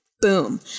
Boom